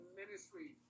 ministry